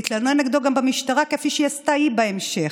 להתלונן נגדו גם במשטרה, כפי שהיא עשתה בהמשך.